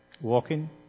walking